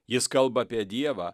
jis kalba apie dievą